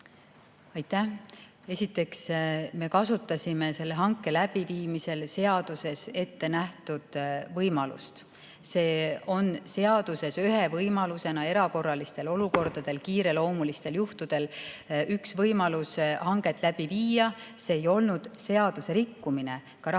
Aitäh! Esiteks, me kasutasime selle hanke läbiviimisel seaduses ettenähtud võimalust. See on seaduses ühe võimalusena erakorralises olukorras, kiireloomulistel juhtudel hanget läbi viia. See ei olnud seaduserikkumine. Ka